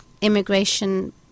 immigration